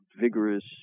vigorous